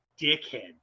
dickhead